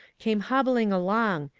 came hobbling along,